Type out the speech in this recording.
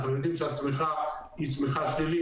אנחנו יודעים שהצמיחה היא צמיחה שלילית,